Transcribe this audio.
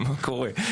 מה קורה?